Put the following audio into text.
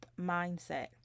mindset